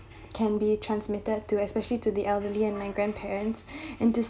can be transmitted to especially to the elderly and my grandparents and to